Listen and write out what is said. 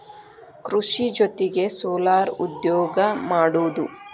ಕೃಷಿ ಜೊತಿಗೆ ಸೊಲಾರ್ ಉದ್ಯೋಗಾ ಮಾಡುದು